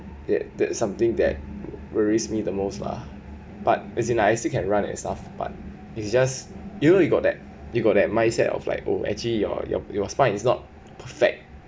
that that something that worries me the most lah but as in I still can run and stuff but it's just you know you got that you got that mindset of like oh actually your your spine is not perfect